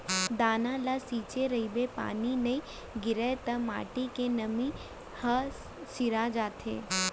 दाना ल छिंचे रहिबे पानी नइ गिरय त माटी के नमी ह सिरा जाथे